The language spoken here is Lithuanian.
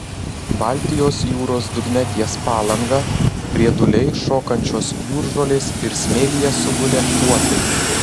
baltijos jūros dugne ties palanga rieduliai šokančios jūržolės ir smėlyje sugulę uotai